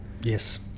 Yes